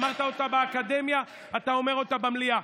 אמרת אותה באקדמיה, אתה אומר אותה במליאה.